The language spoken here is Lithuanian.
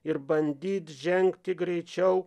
ir bandyt žengti greičiau